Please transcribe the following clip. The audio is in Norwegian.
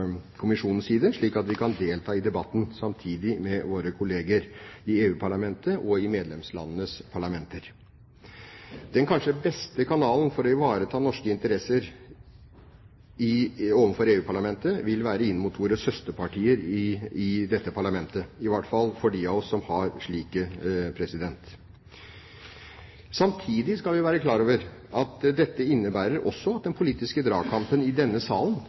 kommisjonens side, slik at vi kan delta i debatten samtidig med våre kollegaer i EU-parlamentet og i medlemslandenes parlamenter. Den kanskje beste kanalen for å ivareta norske interesser overfor EU-parlamentet vil være inn mot våre søsterpartier der – i hvert fall for dem av oss som har slike. Samtidig skal vi være klar over at dette også innebærer at den politiske dragkampen i denne salen